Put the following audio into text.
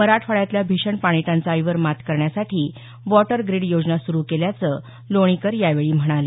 मराठवाड्यातल्या भीषण पाणी टंचाईवर मात करण्यासाठी वॉटर ग्रीड योजना सुरु केल्याचं लोणीकर यावेळी म्हणाले